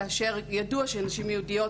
כאשר ידוע שאצל נשים יהודיות,